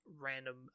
random